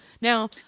now